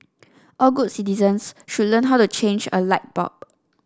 all good citizens should learn how to change a light bulb